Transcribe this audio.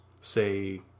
say